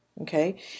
Okay